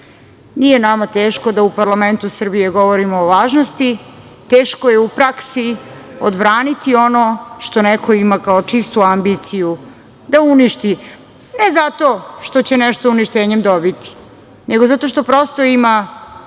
nama teško da u parlamentu Srbije govorimo o važnosti, teško je u praksi odbraniti ono što neko ima kao čistu ambiciju da uništi ne zato što će nešto uništenjem dobiti, nego zato što prosto ima